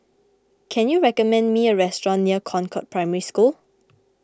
can you recommend me a restaurant near Concord Primary School